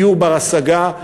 דיור בר-השגה,